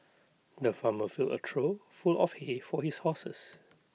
the farmer filled A trough full of hay for his horses